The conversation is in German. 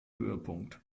höhepunkt